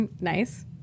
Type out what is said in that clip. Nice